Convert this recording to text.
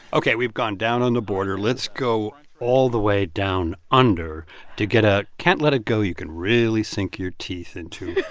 ok, we've gone down on the border. let's go all the way down under to get a can't let it go you can really sink your teeth into.